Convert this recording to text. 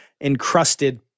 encrusted